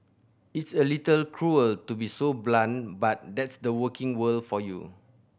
it's a little cruel to be so blunt but that's the working world for you